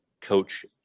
coach